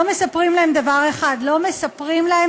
לא מספרים להם דבר אחד: לא מספרים להם